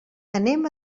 anem